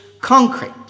concrete